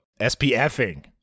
SPFing